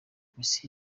messi